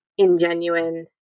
ingenuine